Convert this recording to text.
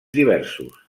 diversos